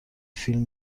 فیلم